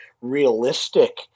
realistic